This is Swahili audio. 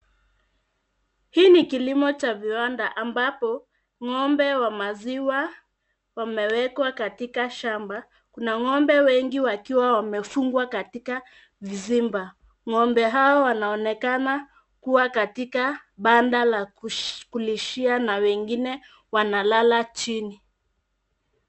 Hii ni kilimo cha viwanda ambapo ng'ombe wa maziwa wamewekwa katika shamba . Kuna ng'ombe wengi wakiwa wamefungwa katika vizimba , ng'ombe hao wanaonekana kuwa katika banda la kulishia na wengine wanalala chini.